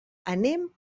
anem